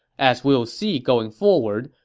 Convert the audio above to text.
as we will see going forward,